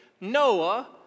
Noah